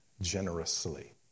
generously